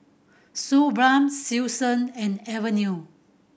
Suu Balm Selsun and Avene